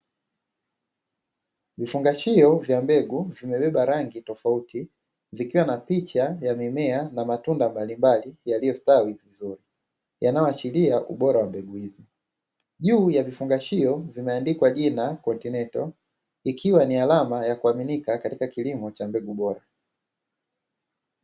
Vifungashio vya mbegu kimebeba rangi ya tofauti, kikiwa na picha ya mimea na matunda mbalimbali yaliyostawi vizuri, inayoashiria ubora wa mbegu hizo. Juu ya vifungashio vimeandikwa jina “Continetal,” ikiwa ni alama ya kuaminika katika kilimo cha mboga bora.